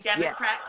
Democrat